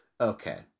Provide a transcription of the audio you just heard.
Okay